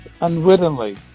unwittingly